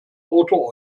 auto